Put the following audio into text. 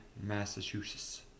Massachusetts